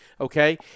Okay